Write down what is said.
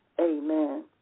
amen